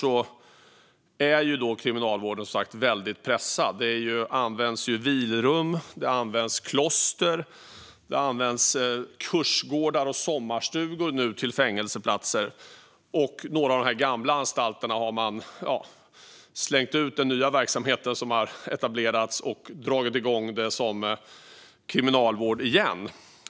I väntan på att det ska bli klart är kriminalvården väldigt pressad. Man använder vilrum, kloster, kursgårdar och sommarstugor till fängelseplatser. På några av de gamla anstalterna har man slängt ut den nya verksamhet som etablerats och dragit gång kriminalvård igen.